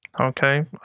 Okay